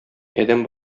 адәм